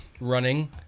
running